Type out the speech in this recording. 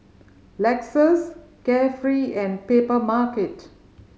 Lexus Carefree and Papermarket